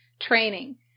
training